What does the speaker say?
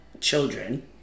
children